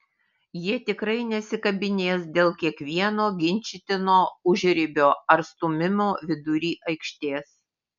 jie tikrai nesikabinės dėl kiekvieno ginčytino užribio ar stūmimo vidury aikštės